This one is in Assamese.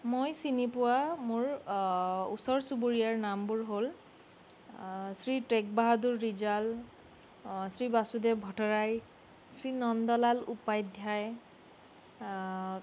মই চিনি পোৱা মোৰ ওচৰ চুবুৰীয়াৰ নামবোৰ হ'ল শ্ৰী টেগ বাহাদুৰ ৰিজাল শ্ৰী বাসুদেৱ ভট্টৰায় শ্ৰী নন্দলাল উপাধ্যায়